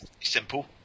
Simple